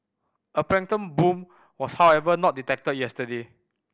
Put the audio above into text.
a plankton bloom was however not detected yesterday